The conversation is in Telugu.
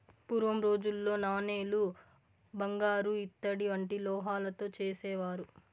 పూర్వం రోజుల్లో నాణేలు బంగారు ఇత్తడి వంటి లోహాలతో చేసేవారు